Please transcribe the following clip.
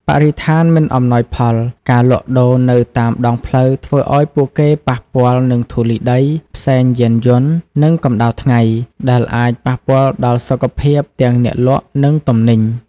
បរិស្ថានមិនអំណោយផល ការលក់ដូរនៅតាមដងផ្លូវធ្វើឱ្យពួកគេប៉ះពាល់នឹងធូលីដី ផ្សែងយានយន្ត និងកម្ដៅថ្ងៃ ដែលអាចប៉ះពាល់ដល់សុខភាពទាំងអ្នកលក់ និងទំនិញ ។